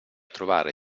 trovare